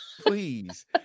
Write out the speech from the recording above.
Please